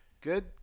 good